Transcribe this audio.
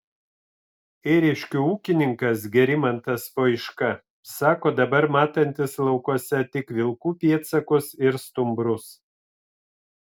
ėriškių ūkininkas gerimantas voiška sako dabar matantis laukuose tik vilkų pėdsakus ir stumbrus